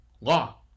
law